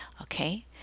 Okay